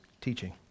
teaching